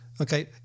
Okay